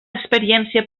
experiència